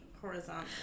horizontal